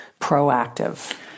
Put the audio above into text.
proactive